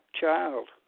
child